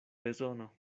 bezono